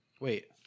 Wait